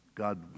God